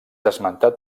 esmentat